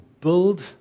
build